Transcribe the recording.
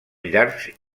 llargs